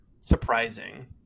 surprising